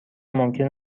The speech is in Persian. ممکن